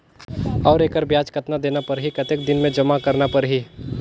और एकर ब्याज कतना देना परही कतेक दिन मे जमा करना परही??